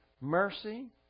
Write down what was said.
mercy